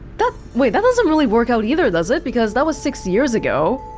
that wait, that doesn't really work out either, does it? because that was six years ago